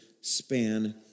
span